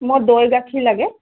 মই দৈ গাখীৰ লাগে